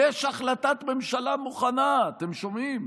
יש החלטת ממשלה מוכנה", אתם שומעים?